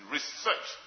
Research